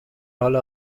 حال